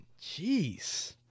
Jeez